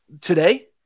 today